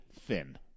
thin